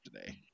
today